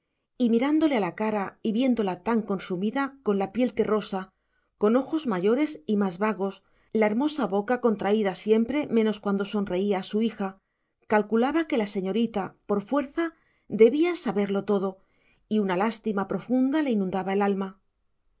y mirándole a la cara y viéndola tan consumida con la piel terrosa los ojos mayores y más vagos la hermosa boca contraída siempre menos cuando sonreía a su hija calculaba que la señorita por fuerza debía saberlo todo y una lástima profunda le inundaba el alma